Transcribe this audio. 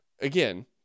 Again